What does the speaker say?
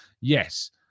yes